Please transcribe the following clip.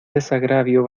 desagravio